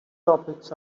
topics